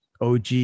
OG